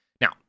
Now